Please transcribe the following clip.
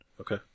Okay